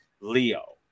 leo